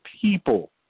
people